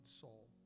soul